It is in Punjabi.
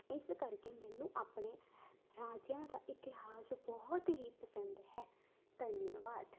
ਇਸ ਕਰਕੇ ਮੈਨੂੰ ਆਪਣੇ ਰਾਜਿਆਂ ਦਾ ਇਤਿਹਾਸ ਬਹੁਤ ਹੀ ਪਸੰਦ ਹੈ ਧੰਨਵਾਦ